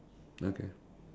okay